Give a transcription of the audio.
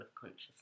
consciousness